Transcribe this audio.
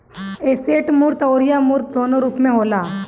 asset मूर्त अउरी अमूर्त दूनो रूप में होला